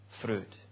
fruit